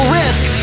risk